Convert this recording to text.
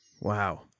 Wow